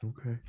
Okay